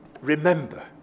remember